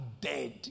dead